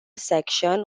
section